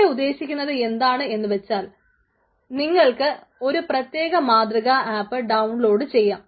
ഇവിടെ ഉദ്ദേശിക്കുന്നത് എന്താണ് എന്ന് വെച്ചാൽ നിങ്ങൾക്ക് ഒരു പ്രത്യേക മാതൃക ആപ്പ് ഡൌൺലോഡ് ചെയ്യാം